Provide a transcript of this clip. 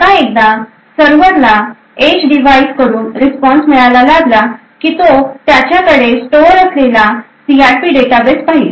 आता एकदा सर्व्हरला एज डिव्हाइस कडून रिस्पॉन्स मिळायला लागला की तो त्याच्याकडे स्टोअर असलेला सीआरपी डेटाबेस पाहिल